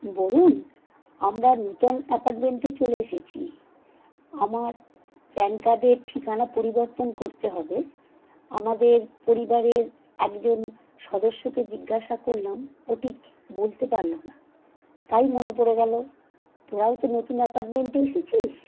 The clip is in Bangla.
বরুন আমরা নূতন অ্যাপারটমেন্টে চলে এসেছি আমার প্যান কার্ডের ঠিকানা পরিবর্তন করতে হবে আমাদের পরিবারের একজন সদস্যকে জিজ্ঞাসা করলাম ও ঠিক বলতে পারলো না তাই মনে পড়ে গেলো তোরাও তো নতুন অ্যাপারটমেন্টে এসেছিস